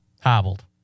Hobbled